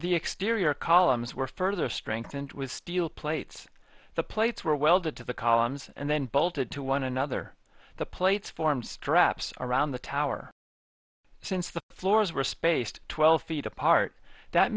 the exterior columns were further strengthened with steel plates the plates were welded to the columns and then bolted to one another the plates form straps around the tower since the floors were spaced twelve feet apart that